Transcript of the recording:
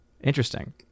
Interesting